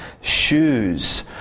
shoes